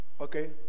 Okay